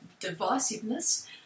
divisiveness